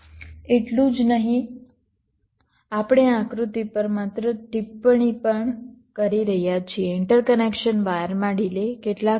એટલું જ નહીં આપણે આ આકૃતિ પર માત્ર ટિપ્પણી પણ કરી રહ્યા છીએ ઇન્ટરકનેક્શન વાયરમાં ડિલે કેટલાક એકમોમાં તે 0